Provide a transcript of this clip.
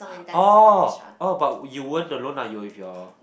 orh orh but you weren't alone lah you were with your